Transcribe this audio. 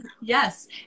Yes